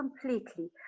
completely